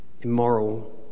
immoral